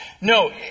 No